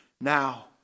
Now